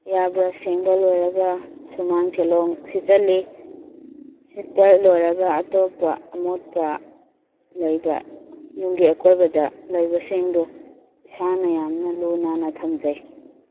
ꯌꯥ ꯕ꯭ꯔꯁ ꯁꯦꯡꯕ ꯂꯣꯏꯔꯒ ꯁꯨꯃꯥꯡ ꯊꯦꯜꯂꯣꯡ ꯁꯤꯠꯆꯜꯂꯤ ꯁꯤꯠꯄ ꯂꯣꯏꯔꯒ ꯑꯇꯣꯞꯄ ꯑꯃꯣꯠꯄ ꯂꯩꯕ ꯌꯨꯝꯒꯤ ꯑꯀꯣꯏꯕꯗ ꯂꯩꯕ ꯁꯤꯡꯗꯣ ꯏꯁꯥꯅ ꯌꯥꯝꯅ ꯂꯨ ꯅꯥꯟꯅ ꯊꯝꯖꯩ